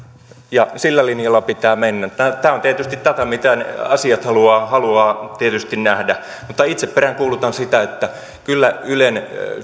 ja sillä linjalla pitää mennä tämä on tietysti tätä miten asiat haluaa nähdä itse peräänkuulutan sitä että kyllä ylen